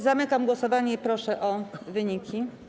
Zamykam głosowanie i proszę o wyniki.